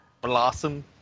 Blossom